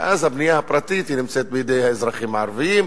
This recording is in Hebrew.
ואז הבנייה הפרטית נמצאת בידי האזרחים הערבים,